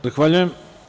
Zahvaljujem.